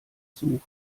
suchen